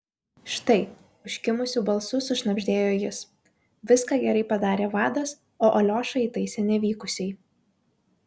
štai užkimusiu balsu sušnibždėjo jis viską gerai padarė vadas o aliošą įtaisė nevykusiai